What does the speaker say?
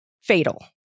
fatal